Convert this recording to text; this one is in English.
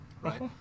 Right